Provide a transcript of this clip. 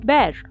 Bear